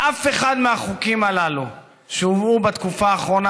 ואף אחד מהחוקים הללו שהובאו בתקופה האחרונה,